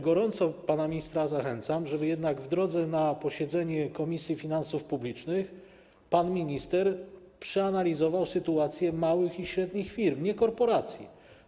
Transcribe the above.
Gorąco pana ministra zachęcam, żeby jednak w drodze na posiedzenie Komisji Finansów Publicznych pan minister przeanalizował sytuację małych i średnich firm, nie korporacji.